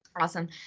awesome